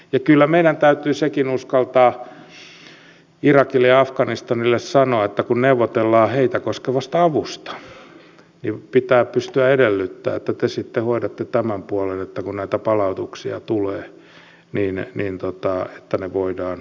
ja kyllä meidän täytyy uskaltaa sanoa irakille ja afganistanille sekin kun neuvotellaan heitä koskevasta avusta pitää pystyä edellyttämään että te sitten hoidatte tämän puolen kun näitä palautuksia tulee että ne voidaan tehdä